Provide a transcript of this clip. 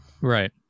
right